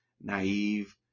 naive